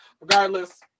regardless